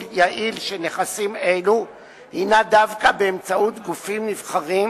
יעיל של נכסים אלו הינה דווקא באמצעות גופים נבחרים